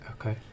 Okay